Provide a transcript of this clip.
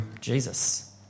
Jesus